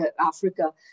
Africa